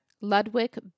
Ludwig